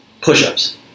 push-ups